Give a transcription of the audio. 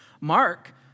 Mark